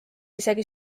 isegi